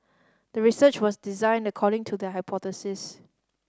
the research was designed according to the hypothesis